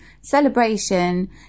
celebration